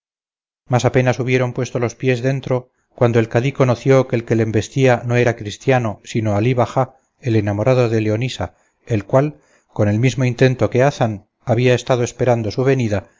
mas apenas hubieron puesto los pies dentro cuando el cadí conoció que el que le embestía no era cristiano sino alí bajá el enamorado de leonisa el cual con el mismo intento que hazán había estado esperando su venida